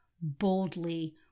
boldly